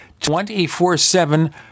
24-7